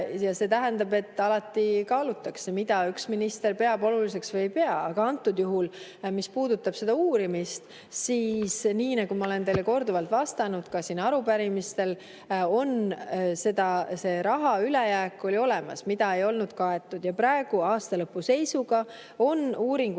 ja see tähendab, et alati kaalutakse, mida üks minister peab oluliseks või ei pea oluliseks. Aga antud juhul, mis puudutab seda uurimist, siis nii nagu ma olen teile korduvalt vastanud ka siin arupärimistel, see raha ülejääk oli olemas, mida ei olnud kaetud, ja praegu, aastalõpu seisuga on uuringu